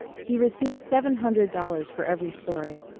he received seven hundred dollars for every story,